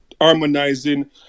harmonizing